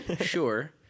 Sure